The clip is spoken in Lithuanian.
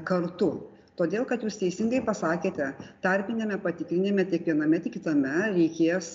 kartu todėl kad jūs teisingai pasakėte tarpiniame patikrinime tiek viename tiek kitame reikės